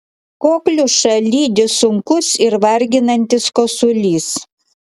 kokliušą lydi sunkus ir varginantis kosulys